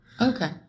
Okay